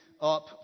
up